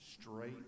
straight